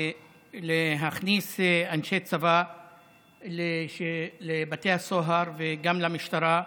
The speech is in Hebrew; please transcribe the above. להכניס אנשי צבא לבתי הסוהר וגם למשטרה.